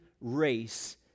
race